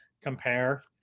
compare